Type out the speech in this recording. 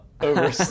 over